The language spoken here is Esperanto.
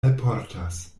alportas